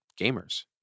gamers